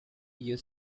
you